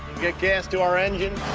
get gas to our engine.